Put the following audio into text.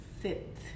sit